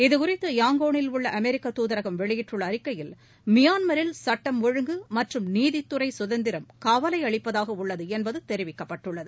இது குறித்து யாங்கோனில் உள்ள அமெரிக்க தூதரகம் வெளியிட்டுள்ள அறிக்கையில் மிபான்மரில் சுட்டம் ஒழுங்கு மற்றும் நீதித்துறை கதந்திரம் கவலை அளிப்பதுக உள்ளது என்பது தெரிக்கப்பட்டுள்ளது